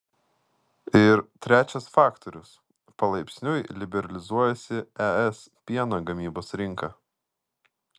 ir trečias faktorius palaipsniui liberalizuojasi es pieno gamybos rinka